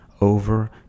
over